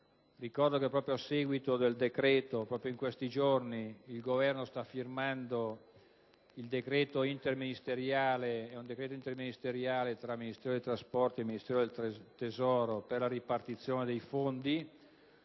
Ricordo che, proprio a seguito del citato provvedimento, in questi giorni il Governo sta firmando un decreto interministeriale tra Ministero dei trasporti e Ministero dell'economia per la ripartizione dei fondi